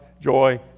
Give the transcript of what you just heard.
joy